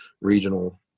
regional